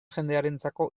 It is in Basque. jendearentzako